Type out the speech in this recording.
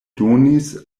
donis